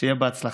שיהיה בהצלחה.